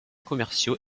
commerciaux